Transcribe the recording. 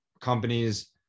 companies